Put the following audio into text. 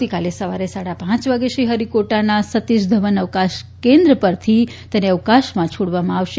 આવતીકાલે સવારે સાડા પાંચ વાગે શ્રી હરિકોટાના સતિષ ધવન અવકાશ કેન્દ્ર પરથી તેને અવકાશમાં છોડવામાં આવશે